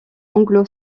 anglo